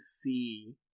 see